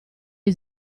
gli